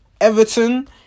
Everton